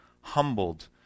Humbled